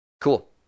Cool